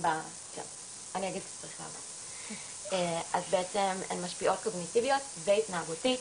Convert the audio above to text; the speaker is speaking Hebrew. אז בעצם הן משפיעות קוגנטיבית, וגם התנהגותית